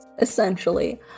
essentially